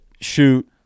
shoot